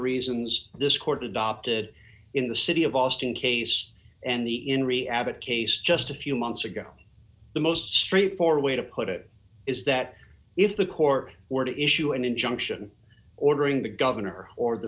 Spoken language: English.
reasons this court adopted in the city of austin case and the inri abbot case just a few months ago the most straightforward way to put it is that if the court were to issue an injunction ordering the governor or the